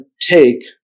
take